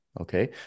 Okay